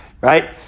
Right